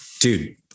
Dude